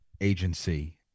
agency